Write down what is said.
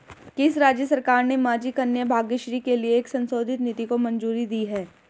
किस राज्य सरकार ने माझी कन्या भाग्यश्री के लिए एक संशोधित नीति को मंजूरी दी है?